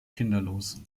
kinderlos